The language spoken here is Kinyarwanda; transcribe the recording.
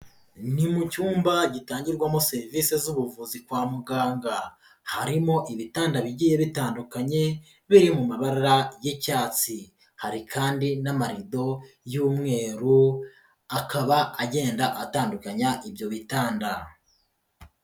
Ni mu cyumba gitangirwamo serivisi z'ubuvuzi kwa muganga, harimo ibitanda bigiye bitandukanye biri mu mabara y'icyatsi, hari kandi n'amarido y'umweru akaba agenda atandukanya ibyo bitanda.